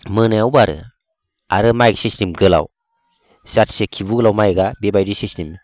मोनायाव बारो आरो माइक सिस्टेम गोलाव जायखिजाया खिबु गोलाव माइकआ बेबायदि सिस्टेम